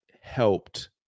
helped